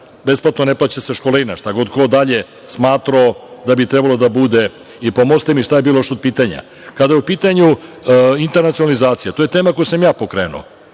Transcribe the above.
Besplatno ne plaća se školarina, šta god ko dalje smatrao da bi trebalo da bude. Pomozite mi šta je bilo još od pitanja. Kada je u pitanju internacionalizacija, to je tema koju sam ja pokrenuo.